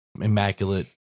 immaculate